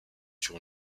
sur